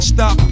Stop